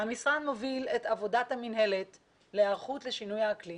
המשרד מוביל את עבודת המינהלת להיערכות לשינוי האקלים